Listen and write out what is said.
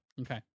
Okay